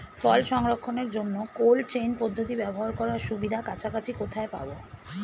ফল সংরক্ষণের জন্য cold chain পদ্ধতি ব্যবহার করার সুবিধা কাছাকাছি কোথায় পাবো?